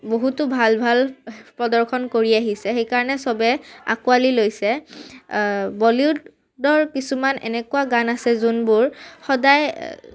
বহুতো ভাল ভাল প্ৰদৰ্শন কৰি আহিছে সেইকাৰণে চবে আঁকোৱালি লৈছে বলিউডৰ কিছুমান এনেকুৱা গান আছে যোনবোৰ সদায়